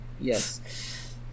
Yes